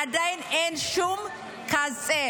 עדיין אין שום קצה.